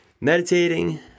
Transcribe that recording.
Meditating